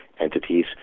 entities